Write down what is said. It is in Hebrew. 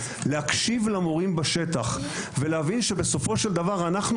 להקשיב למורים בשטח ולהבין שבסופו של דבר אנחנו